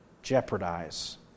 Jeopardize